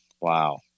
Wow